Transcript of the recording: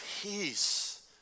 peace